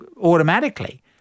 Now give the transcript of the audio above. automatically